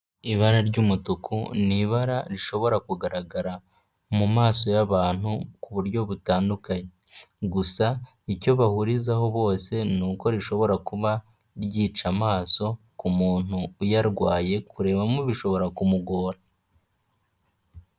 Ibara ry'umutuku ni ibara rishobora kugaragara mu maso y'abantu ku buryo butandukanye, gusa icyo bahurizaho bose ni uko rishobora kuba ryica amaso ku muntu uyarwaye kurebamo bishobora kumugora.